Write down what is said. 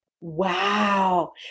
Wow